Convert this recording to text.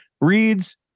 reads